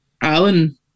Alan